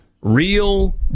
real